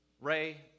Ray